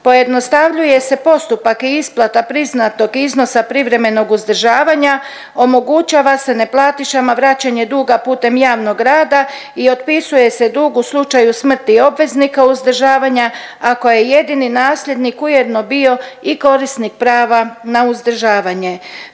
Pojednostavljuje se postupak i isplata priznatog iznosa privremenog uzdržavanja, omogućava se neplatišama vraćanje duga putem javnog rada i otpisuje se dug u slučaju smrti obveznika uzdržavanja ako je jedini nasljednik ujedno bio i korisnik prava na uzdržavanje.